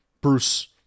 Bruce